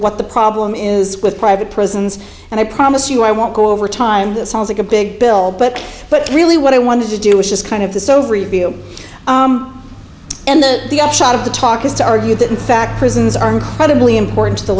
what the problem is with private prisons and i promise you i won't go over time that sounds like a big bill but but really what i wanted to do was just kind of the soviet view and the the upshot of the talk is to argue that in fact prisons are incredibly important to the